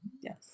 Yes